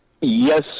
Yes